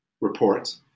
report